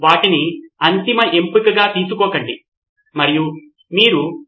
కాబట్టి తక్కువ సమయంలో అంశంపై మంచి అవగాహనకు కావలసిన రెండు ఫలితాల సంబంధిత అనుబంధ ప్రమాణములు కొరకు మనం చూస్తున్నాము